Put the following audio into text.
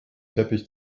teppich